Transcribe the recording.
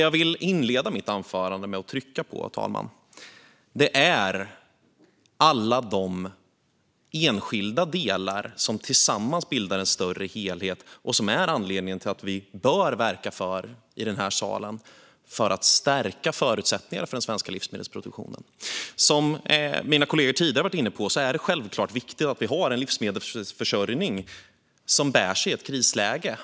Jag vill inleda mitt anförande med att trycka på alla de enskilda delar som tillsammans bildar en större helhet och som är anledningen till att vi i den här salen bör verka för att stärka förutsättningarna för den svenska livsmedelsproduktionen. Som mina kollegor tidigare har varit inne på är det självklart viktigt att vi har en livsmedelsförsörjning som bär sig i ett krisläge.